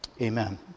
Amen